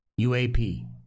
UAP